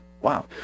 Wow